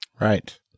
Right